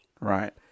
right